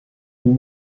who